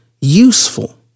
useful